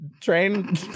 train